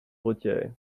retirée